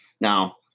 Now